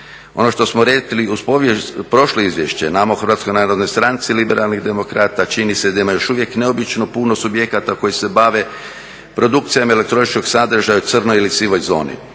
Ono što smo rekli, prošlo izvješće, nama u HNS-u Liberalnih demokrata čini se da ima još uvijek neobično puno subjekata koje se bave produkcijama elektroničkoj sadržaja u crnoj ili sivoj zoni,